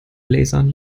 lasern